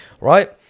right